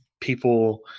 people